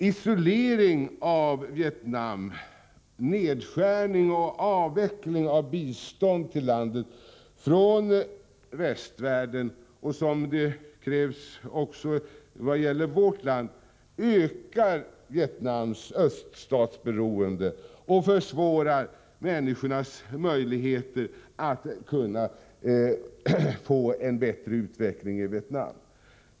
Isolering av Vietnam, nedskärning och avveckling av bistånd till Vietnam från västvärlden — som krävs också i vad gäller vårt land — ökar Vietnams öststatsberoende och försvårar människornas möjligheter att få en bättre utveckling i Vietnam.